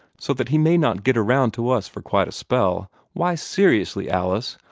so that he may not get around to us for quite a spell. why, seriously, alice,